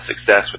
success